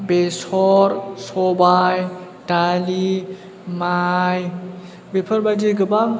बेसर सबाइ दालि माइ बेफोरबादि गोबां